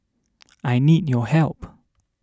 I need your help